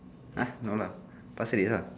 !huh! no lah pasir ris ah